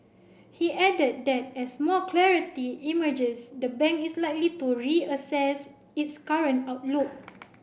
he added that as more clarity emerges the bank is likely to reassess its current outlook